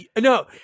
no